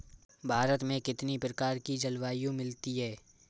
भारत में कितनी प्रकार की जलवायु मिलती है?